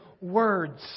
words